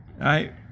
right